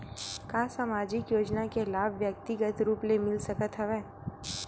का सामाजिक योजना के लाभ व्यक्तिगत रूप ले मिल सकत हवय?